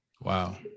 Wow